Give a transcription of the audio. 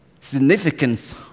significance